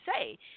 say